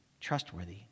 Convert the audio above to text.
trustworthy